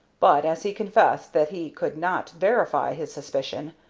but, as he confessed that he could not verify his suspicions,